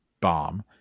bomb